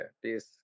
please